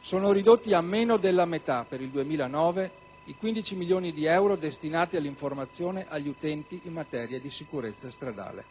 sono ridotti a meno della metà per il 2009 i 15 milioni di euro destinati all'informazione agli utenti in materia di sicurezza stradale.